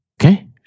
okay